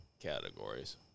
categories